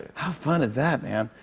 how fun is that, man?